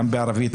גם בערבית,